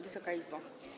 Wysoka Izbo!